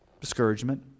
discouragement